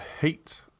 Heat